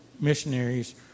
missionaries